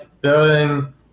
building